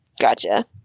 Gotcha